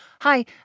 hi